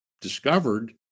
discovered